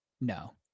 No